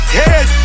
head